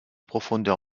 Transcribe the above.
profondeur